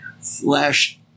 flesh